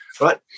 right